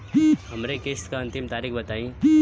हमरे किस्त क अंतिम तारीख बताईं?